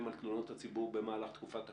על תלונות הציבור במהלך תקופת הקורונה.